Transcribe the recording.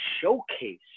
showcase